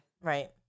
Right